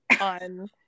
on